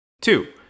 Two